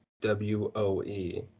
W-O-E